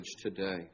today